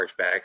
chargebacks